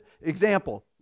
example